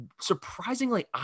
surprisingly